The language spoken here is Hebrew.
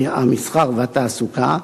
המסחר והתעסוקה,